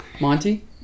Monty